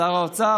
שר האוצר,